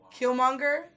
Killmonger